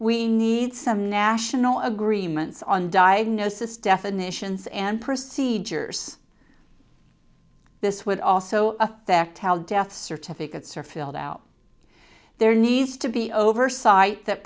we need some national agreements on diagnosis definitions and proceed gers this would also affect how death certificates are filled out there needs to be oversight that